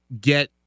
get